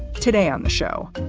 today on the show,